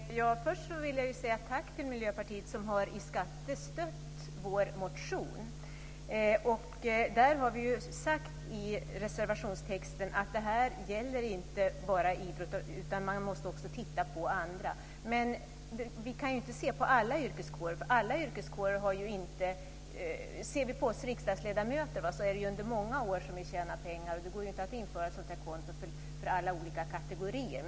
Herr talman! Först vill jag säga tack till Miljöpartiet som i skatteutskottet har stött vår motion. Där har vi sagt i reservationstexten att det här inte bara gäller idrotten utan att man också måste titta på andra grupper. Men vi kan inte se på alla yrkeskårer. Ser man på oss riksdagsledamöter är det ju under många år som vi tjänar pengar. Det går inte att införa ett sådant här konto för alla olika kategorier.